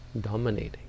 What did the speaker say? dominating